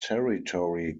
territory